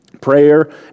Prayer